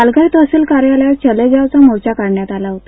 पालघर तहसील कार्यालयावर चले जाव मोर्चा काढण्यात आला होता